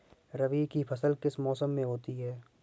रबी की फसल किस मौसम में होती है?